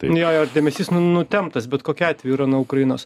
jo jo ir dėmesys nutemptas bet kokiu atveju yra nuo ukrainos